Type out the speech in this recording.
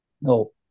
No